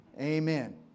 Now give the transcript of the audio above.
Amen